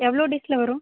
எவ்வளோ டேஸில் வரும்